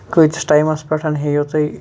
کۭتِس ٹایمَس پٮ۪ٹھ ہیٚیو تُہۍ